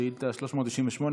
שאילתה 398,